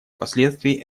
последствий